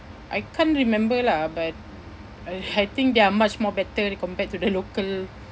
I can't remember lah but I think they are much more better compared to the local